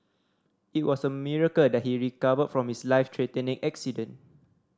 it was a miracle that he recovered from his life threatening accident